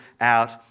out